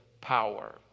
power